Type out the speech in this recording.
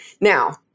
Now